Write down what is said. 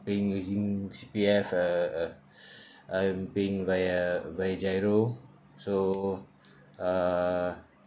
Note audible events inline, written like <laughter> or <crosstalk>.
paying using C_P_F uh uh <breath> I'm paying via via GIRO so uh